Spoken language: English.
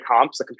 comps